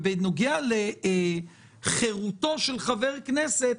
בנוגע לחירותו של חבר כנסת,